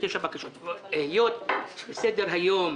היות וסדר היום